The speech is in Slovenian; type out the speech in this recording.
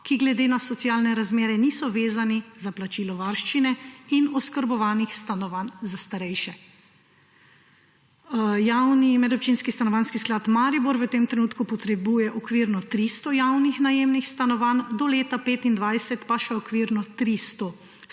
ki glede na socialne razmere niso vezani za plačilo varščine, in oskrbovanih stanovanj za starejše. Javni medobčinski stanovanjski sklad Maribor v tem trenutku potrebuje okvirno 300 javnih najemnih stanovanj do leta 2025 pa še okvirno 300,